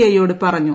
I യോട് പറഞ്ഞു